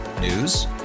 News